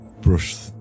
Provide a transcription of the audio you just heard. brush